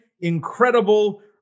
incredible